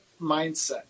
mindset